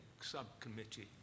subcommittee